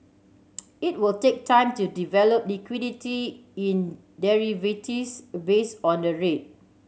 it will take time to develop liquidity in derivatives based on the rate